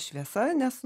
šviesa nes